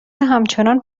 همچنان